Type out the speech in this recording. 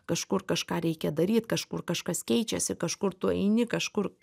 kažkur kažką reikia daryt kažkur kažkas keičiasi kažkur tu eini kažkur